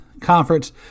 conference